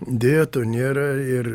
deja to nėra ir